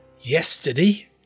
yesterday